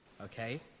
okay